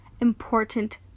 important